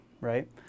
right